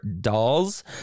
dolls